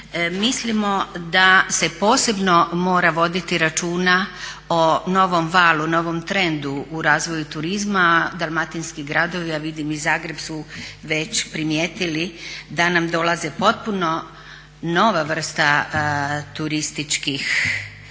Mislimo da se posebno mora voditi računa o novom valu, novom trendu u razvoju turizma, dalmatinski gradovi, a vidim i Zagreb su već primijetili da nam dolaze potpuno nova vrsta turista